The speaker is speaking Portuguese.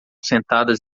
sentadas